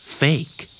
fake